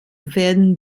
werden